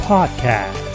Podcast